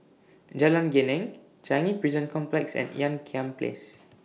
Jalan Geneng Changi Prison Complex and Ean Kiam Place